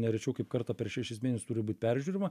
ne rečiau kaip kartą per šešis mėnesius turi būt peržiūrima